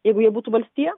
jeigu jie būtų valstija